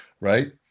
right